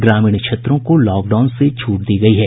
ग्रामीण क्षेत्रों को लॉकडाउन से छूट दी गयी है